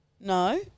No